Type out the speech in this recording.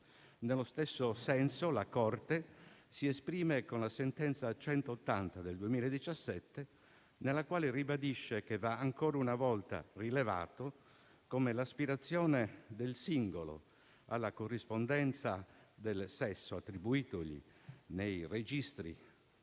Nello stesso senso la Corte si esprime con la sentenza n. 180 del 2017, nella quale ribadisce che va ancora una volta rilevato come l'aspirazione del singolo alla corrispondenza del sesso attribuitogli nei registri